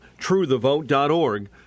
TrueTheVote.org